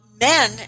men